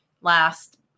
last